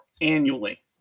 annually